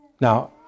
Now